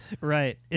Right